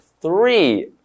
three